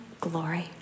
glory